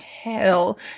hell